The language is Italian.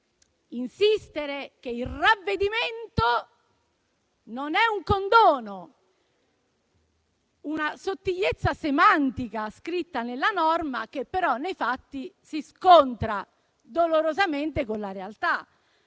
insistere che il ravvedimento non è un condono: una sottigliezza semantica scritta nella norma che però nei fatti si scontra dolorosamente con la realtà.